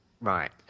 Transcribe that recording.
Right